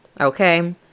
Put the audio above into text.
Okay